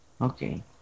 Okay